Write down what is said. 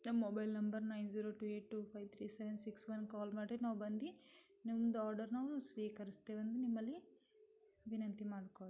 ನಮ್ಮ mobile number nine zero two eight two five three seven six one call ಮಾಡಿರಿ ನಾವು ಬಂದು ನಿಮ್ದು ಆರ್ಡರ್ ನಾವು ಸ್ವೀಕರಿಸ್ತೇವೆ ಅಂತ ನಿಮ್ಮಲ್ಲಿ ವಿನಂತಿ ಮಾಡ್ಕೊಳ್ತೇವೆ